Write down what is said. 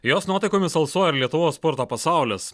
jos nuotaikomis alsuoja ir lietuvos sporto pasaulis